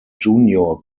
junior